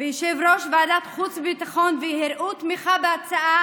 חבר הכנסת קרעי,